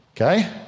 Okay